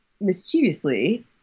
mischievously